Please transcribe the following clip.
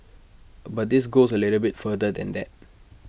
but this goes A little bit further than that